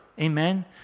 Amen